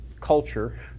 culture